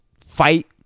fight